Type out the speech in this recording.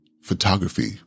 photography